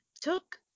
took